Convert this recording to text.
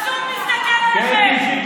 מנסור מסתכל עליכם.